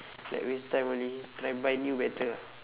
like waste time only I buy new better ah